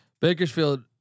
Bakersfield